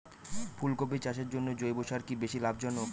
ফুলকপি চাষের জন্য জৈব সার কি বেশী লাভজনক?